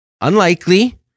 unlikely